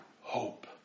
hope